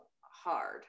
hard